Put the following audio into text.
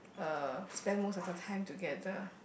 uh spend most of the time together